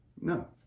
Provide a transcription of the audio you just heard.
No